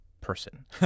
person